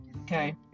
okay